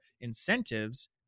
incentives